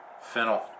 Fennel